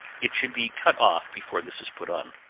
it should be cut off before this is put on.